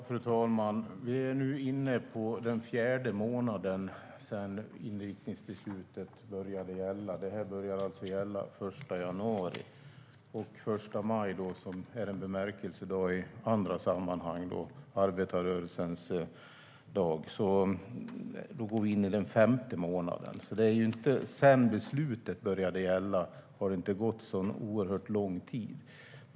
Fru talman! Vi är nu inne på den fjärde månaden sedan inriktningsbeslutet började gälla. Det började alltså gälla den 1 januari. Den 1 maj, som är en bemärkelsedag i andra sammanhang och arbetarrörelsens dag, går vi in i den femte månaden. Det har alltså inte gått så oerhört lång tid sedan beslutet började gälla.